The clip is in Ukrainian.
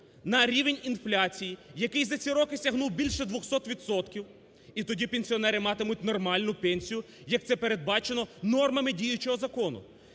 на рівень інфляції, який за ці роки сягнув більше 200 відсотків, і тоді пенсіонери матимуть нормальну пенсію, як це передбачено нормами діючого закону.